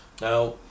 Now